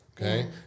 okay